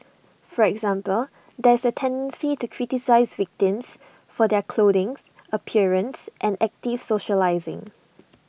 for example there is A tendency to criticise victims for their clothing appearance and active socialising